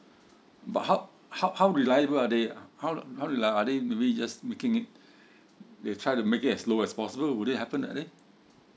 but how how how reliable are they how ah they maybe just making it uh they try to make it as low as possible would it happen that way